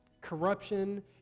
Corruption